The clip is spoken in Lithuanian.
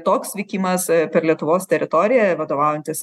toks vykimas per lietuvos teritoriją vadovaujantis